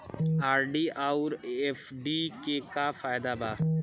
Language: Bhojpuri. आर.डी आउर एफ.डी के का फायदा बा?